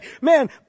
Man